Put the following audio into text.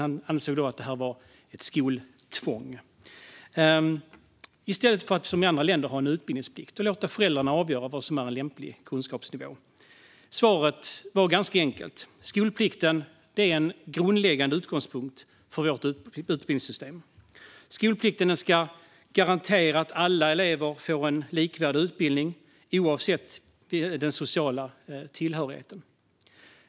Han ansåg dock att detta är ett skoltvång i stället för, som i andra länder, en utbildningsplikt som låter föräldrarna avgöra vad som är en lämplig kunskapsnivå. Svaret var ganska enkelt: Skolplikten är en grundläggande utgångspunkt för vårt utbildningssystem. Skolplikten ska garantera att alla elever får en likvärdig utbildning oavsett social tillhörighet.